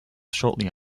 shortly